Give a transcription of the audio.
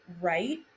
right